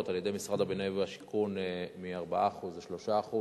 על-ידי משרד הבינוי והשיכון מ-4% ל-3%.